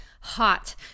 hot